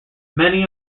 many